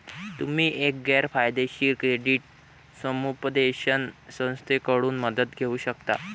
तुम्ही एक गैर फायदेशीर क्रेडिट समुपदेशन संस्थेकडून मदत घेऊ शकता